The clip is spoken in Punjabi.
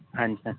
ਹਾਂਜੀ